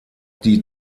die